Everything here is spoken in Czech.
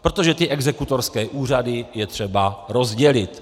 Protože ty exekutorské úřady je třeba rozdělit.